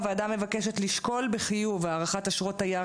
הוועדה מבקשת לשקול בחיוב הארכת אשרות תייר